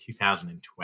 2012